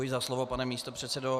Děkuji za slovo, pane místopředsedo.